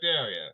area